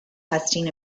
testing